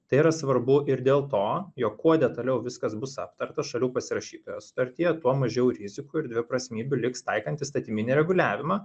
tai yra svarbu ir dėl to jog kuo detaliau viskas bus aptarta šalių pasirašytoje sutartyje tuo mažiau rizikų ir dviprasmybių liks taikant įstatyminį reguliavimą